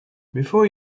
before